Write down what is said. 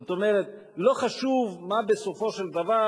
זאת אומרת, לא חשוב מה בסופו של דבר